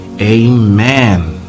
amen